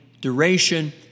duration